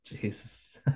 Jesus